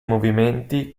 movimenti